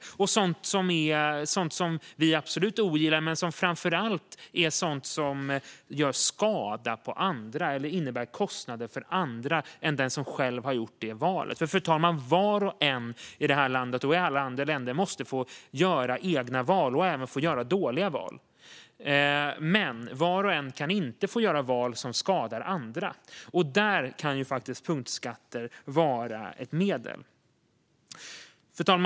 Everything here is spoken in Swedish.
Det finns också punktskatter på sådant som vi absolut ogillar men som framför allt gör skada på andra eller innebär kostnader för andra än den som själv gjort det valet. Var och en i det här landet och i alla andra länder måste få göra egna val, även dåliga val. Men var och en kan inte få göra val som skadar andra, och mot det kan punktskatter faktiskt vara ett medel. Fru talman!